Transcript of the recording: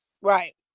right